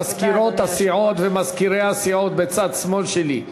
מזכירות הסיעות ומזכירי הסיעות בצד שמאל שלי,